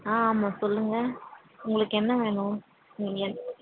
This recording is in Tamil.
ஆ ஆமாம் சொல்லுங்க உங்களுக்கு என்ன வேணும் உங்களுக்கு என்